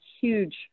huge